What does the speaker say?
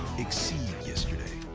exceed yesterday.